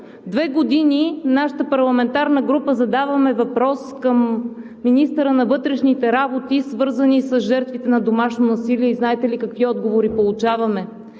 Две години от нашата парламентарна група задаваме въпроси към министъра на вътрешните работи, свързани с жертвите на домашно насилие. И знаете ли какви отговори получаваме?